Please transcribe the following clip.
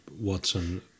Watson